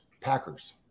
Packers